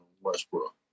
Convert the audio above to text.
Westbrook